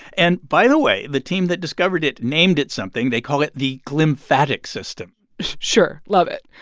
and by the way, the team that discovered it named it something. they call it the glymphatic system sure, love it.